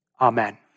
Amen